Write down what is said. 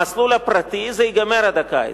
במסלול הפרטי זה ייגמר עד הקיץ.